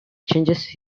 changes